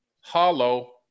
hollow